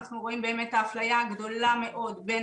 אנחנו רואים את האפליה הגדולה מאוד בין